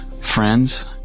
friends